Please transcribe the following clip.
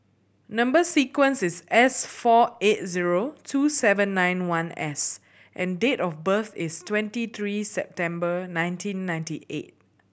number sequence is S four eight zero two seven nine one S and date of birth is twenty three September nineteen ninety eight